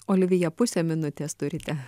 olivija pusė minutės turite